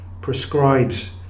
prescribes